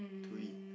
to eat